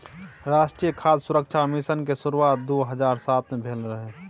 राष्ट्रीय खाद्य सुरक्षा मिशन के शुरुआत दू हजार सात मे भेल रहै